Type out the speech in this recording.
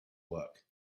work